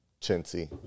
chintzy